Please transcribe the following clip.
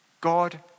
God